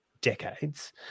decades